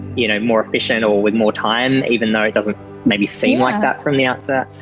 you know more efficient or with more time, even though it doesn't maybe seem like that from the outside.